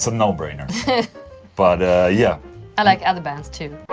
so no-brainer yes but yeah i like other bands too